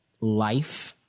life